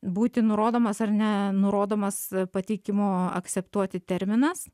būti nurodomas ar ne nurodomas pateikimo akseptuoti terminas